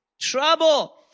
trouble